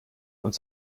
und